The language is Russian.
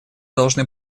должны